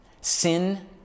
Sin